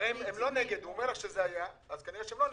הרי הוא אומר לך שזה היה, אז כנראה שהם לא נגד.